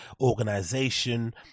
organization